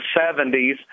70s